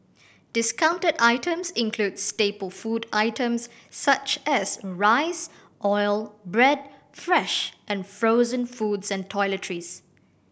discounted items included staple food items such as rice oil bread fresh and frozen foods and toiletries